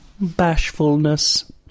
bashfulness